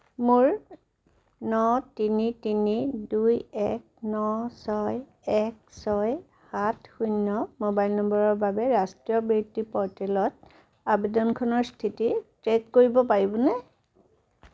মোৰ ন তিনি তিনি দুই এক ন ছয় এক ছয় সাত শূন্য মোবাইল নম্বৰৰ বাবে ৰাষ্ট্ৰীয় বৃত্তি প'ৰ্টেলত আবেদনখনৰ স্থিতি ট্ৰে'ক কৰিব পাৰিবনে